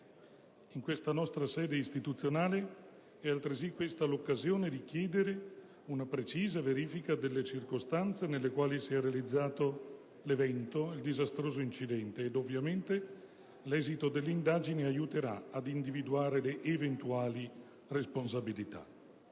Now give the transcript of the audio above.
In questa nostra sede istituzionale è altresì questa l'occasione di chiedere una precisa verifica delle circostanze in cui si è realizzato il disastroso incidente: ovviamente, l'esito dell'indagine aiuterà ad individuare le eventuali responsabilità.